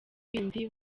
bindi